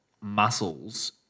muscles